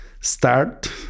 start